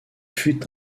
fut